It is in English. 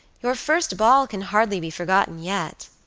your first ball can hardly be forgotten yet.